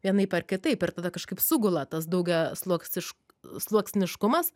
vienaip ar kitaip ir tada kažkaip sugula tas daugiasluoksiš sluoksniškumas